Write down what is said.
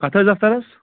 کَتھ حظ دفترس